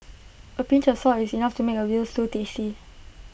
A pinch of salt is enough to make A Veal Stew tasty